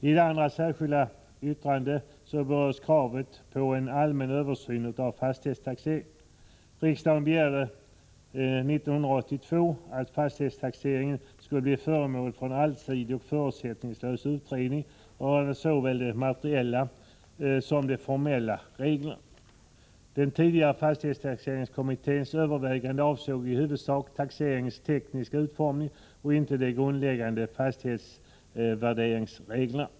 I det andra särskilda yttrandet berörs kravet på en allmän översyn av fastighetstaxeringen. Riksdagen begärde 1982 att fastighetstaxeringen skulle bli föremål för en allsidig och förutsättningslös utredning av såväl de materiella som de formella reglerna. Den tidigare fastighetstaxeringskommitténs överväganden avsåg i huvudsak taxeringens tekniska utformning och inte de grundläggande fastighetsvärderingsreglerna.